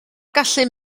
gallu